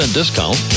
discount